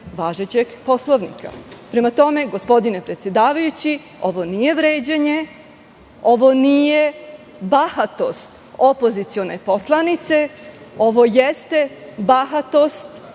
važećeg Poslovnika. Prema tome, gospodine predsedavajući, ovo nije vređanje, ovo nije bahatost opozicione poslanice, ovo jeste bahatost